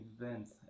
events